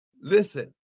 Listen